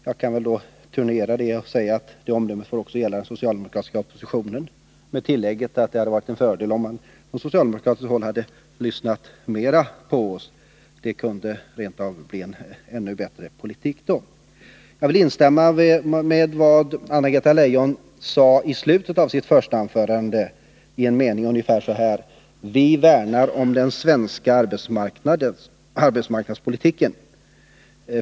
Jag kan då turnera det och säga att ett motsvarande omdöme får gälla den socialdemokratiska oppositionen, med tillägget att det hade varit en fördel om man på socialdemokratiskt håll hade lyssnat mera på oss. Det kunde rent av ha blivit en bättre politik då. Jag vill instämma i vad Anna-Greta Leijon sade i slutet av sitt första anförande. Hon sade ungefär så här: Vi värnar om den svenska arbetsmarknadspolitiken.